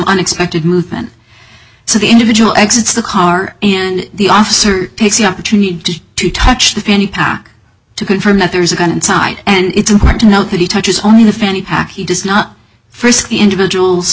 unexpected movement so the individual exits the car and the officer takes the opportunity to touch the pennypacker to confirm that there is a gun inside and it's important to note that he touches only the fanny pack he does not frisk the individuals